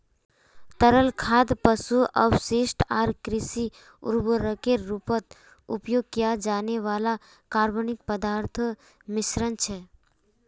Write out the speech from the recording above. तरल खाद पशु अपशिष्ट आर कृषि उर्वरकेर रूपत उपयोग किया जाने वाला कार्बनिक पदार्थोंर मिश्रण छे